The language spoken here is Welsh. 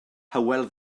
hywel